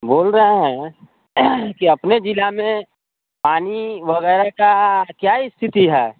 बोल रहे है कि अपने जिला में पानी वगेरह क क्या स्थिति है